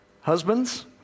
Husbands